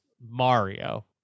Mario